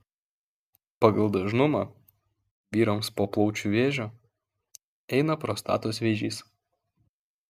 pagal dažnumą vyrams po plaučių vėžio eina prostatos vėžys